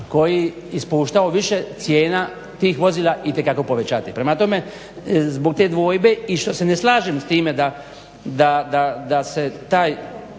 koji i spuštaju više cijena tih vozila itekako povećati. Prema tome, zbog te dvojbe i što se ne slažem s time da se ta